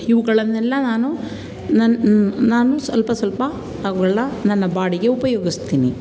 ಇವುಗಳನ್ನೆಲ್ಲ ನಾನು ನನ್ನ ನಾನು ಸ್ವಲ್ಪ ಸ್ವಲ್ಪ ಅವುಗಳ್ನ ನನ್ನ ಬಾಡಿಗೆ ಉಪಯೋಗಿಸ್ತೀನಿ